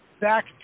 back